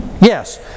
yes